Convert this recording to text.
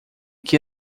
que